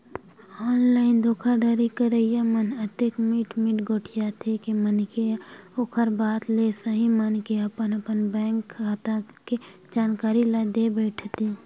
online धोखाघड़ी करइया मन अतेक मीठ मीठ गोठियाथे के मनखे ह ओखर बात ल सहीं मानके अपन अपन बेंक खाता के जानकारी ल देय बइठथे